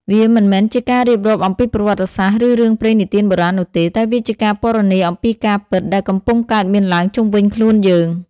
វាមិនមែនជាការរៀបរាប់អំពីប្រវត្តិសាស្ត្រ ឬរឿងព្រេងនិទានបុរាណនោះទេ តែវាជាការពណ៌នាអំពីការពិតដែលកំពុងកើតមានឡើងជុំវិញខ្លួនយើង។